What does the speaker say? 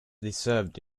deserved